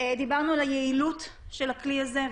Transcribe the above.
דיברנו על היעילות של הכלי הזה,